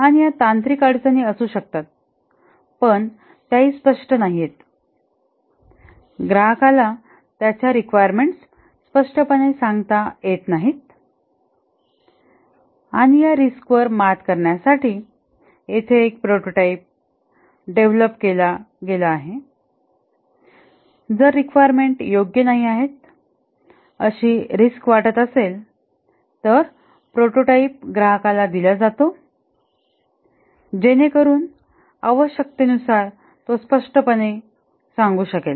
या तांत्रिक अडचणी असू शकतात पण त्याही स्पष्ट नाहीयेत ग्राहकाला त्याच्या रिक्वायरमेंट्स स्पष्टपणे सांगता येत नाहीत आणि या रिस्क वर मात करण्यासाठी येथे एक प्रोटोटाईप डेव्हलप केला आहे जर रिक्वायरमेंट योग्य नाही आहेत अशी रिस्क वाटत असेल तर प्रोटोटाइप ग्राहकाला दिला जातो जेणेकरून आवश्यकतेनुसार तो स्पष्टपणे सांगू शकेल